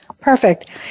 Perfect